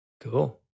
Cool